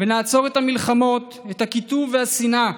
ונעצור את המלחמות, את הקיטוב והשנאה